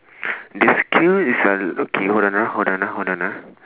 the skill is uh okay hold on ah hold on ah hold on ah